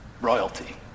royalty